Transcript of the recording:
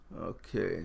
Okay